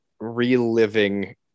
Reliving